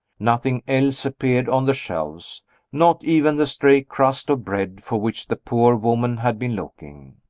nothing else appeared on the shelves not even the stray crust of bread for which the poor woman had been looking.